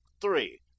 three